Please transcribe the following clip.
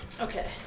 Okay